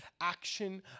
action